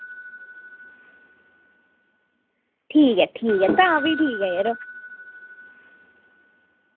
ठीक ऐ ठीक ऐ तां फ्ही ठीक ऐ यरो